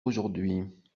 aujourd’hui